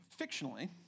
fictionally